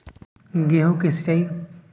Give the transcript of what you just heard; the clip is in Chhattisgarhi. गेहूँ के सिंचाई कब कब करे बर पड़थे?